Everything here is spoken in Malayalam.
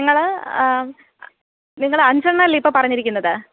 നിങ്ങൾ നിങ്ങൾ അഞ്ച് എണ്ണം അല്ലെ ഇപ്പം പറഞ്ഞിരിക്കുന്നത്